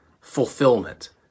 fulfillment